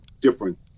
different